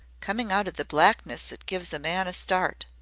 coming out of the blackness it gives a man a start.